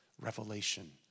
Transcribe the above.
revelation